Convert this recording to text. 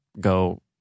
go